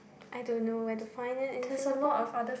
I don't know where to find it in Singapore